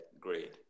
great